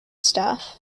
stuff